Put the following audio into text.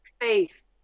Faith